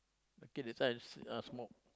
okay that's why I just uh smoke